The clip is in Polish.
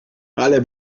ale